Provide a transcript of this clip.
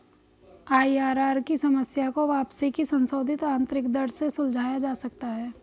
IRR की समस्या को वापसी की संशोधित आंतरिक दर से सुलझाया जा सकता है